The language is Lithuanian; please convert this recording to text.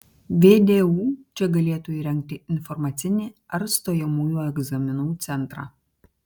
vdu čia galėtų įrengti informacinį ar stojamųjų egzaminų centrą